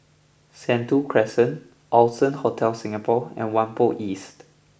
Sentul Crescent Allson Hotel Singapore and Whampoa East